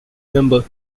member